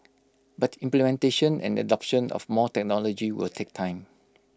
but implementation and adoption of more technology will take time